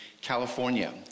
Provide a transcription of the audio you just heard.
California